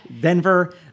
Denver